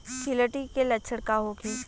गिलटी के लक्षण का होखे?